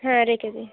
হ্যাঁ রেখে দিন